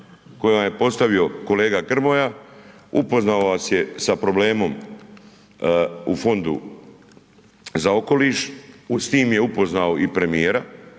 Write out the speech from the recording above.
koje vam je postavio kolega Grmoja, upoznao vas je sa problemom u Fondu za okoliš, s tim je upoznao i premijera,